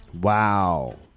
Wow